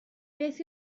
beth